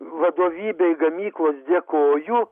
vadovybei gamyklos dėkoju